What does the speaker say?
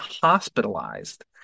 hospitalized